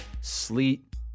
sleet